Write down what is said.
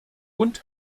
und